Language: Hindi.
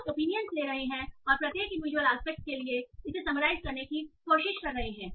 हम ओपिनियन ले रहे हैं और प्रत्येक इंडिविजुअल आस्पेक्ट के लिए इसे समराइज करने की कोशिश कर रहे हैं